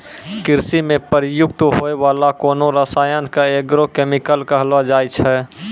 कृषि म प्रयुक्त होय वाला कोनो रसायन क एग्रो केमिकल कहलो जाय छै